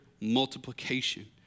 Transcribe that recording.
multiplication